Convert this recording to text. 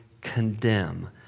condemn